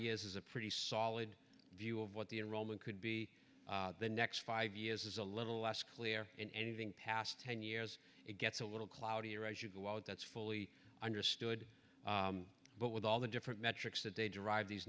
years is a pretty solid view of what the enrollment could be the next five years is a little less clear in anything past ten years it gets a little cloudier as you go out that's fully understood but with all the different metrics that they derive these